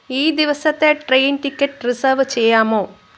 ഈ ദിവസത്തെ train ticket reserve ചെയ്യാമോ